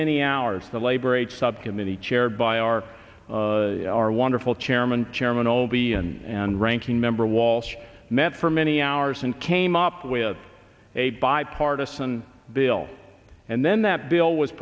many hours the labor rate subcommittee chaired by our our wonderful chairman chairman obion and ranking member walsh met for many hours and came up with a bipartisan bill and then that bill was